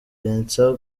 vincent